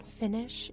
finish